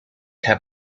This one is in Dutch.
heb